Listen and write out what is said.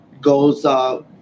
goes